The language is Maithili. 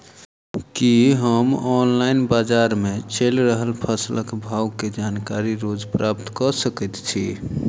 की हम ऑनलाइन, बजार मे चलि रहल फसलक भाव केँ जानकारी रोज प्राप्त कऽ सकैत छी?